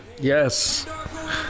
Yes